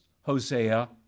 Hosea